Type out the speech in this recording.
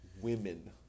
women